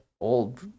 old